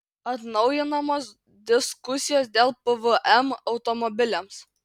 atnaujinamos diskusijos dėl pvm automobiliams